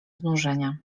znużenia